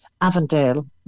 Avondale